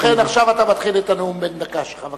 ובכן, עכשיו אתה מתחיל את הנאום בן דקה שלך.